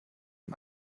ihm